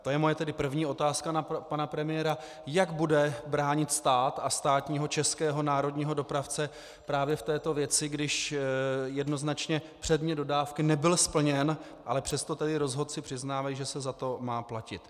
To je tedy moje první otázka na pana premiéra, jak bude bránit stát a státního českého národního dopravce právě v této věci, když jednoznačně předmět dodávky nebyl splněn, ale přesto tedy rozhodci přiznávají, že se za to má platit.